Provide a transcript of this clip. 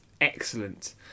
excellent